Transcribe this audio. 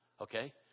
Okay